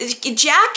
Jack